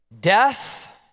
Death